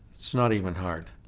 it's not even hard,